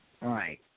right